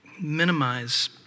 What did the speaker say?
minimize